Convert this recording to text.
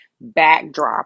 backdrop